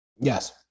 Yes